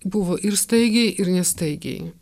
buvo ir staigiai ir ne staigiai